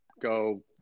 go